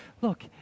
look